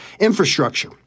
infrastructure